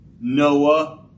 Noah